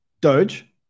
Doge